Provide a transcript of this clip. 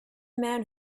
man